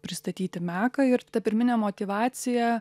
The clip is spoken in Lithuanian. pristatyti meką ir ta pirminė motyvacija